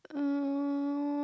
uh